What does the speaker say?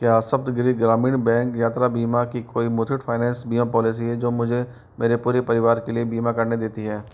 क्या सप्तगिरि ग्रामीण बैंक यात्रा बीमा की कोई मुथूट फाइनेंस बीमा पॉलिसी है जो मुझे मेरे पूरे परिवार के लिए बीमा करने देती है